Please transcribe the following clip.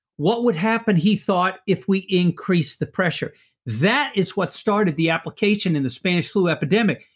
what would happen he thought, if we increased the pressure that is what started the application in the spanish flu epidemic.